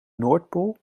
noordpool